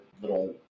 little